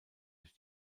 sich